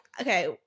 Okay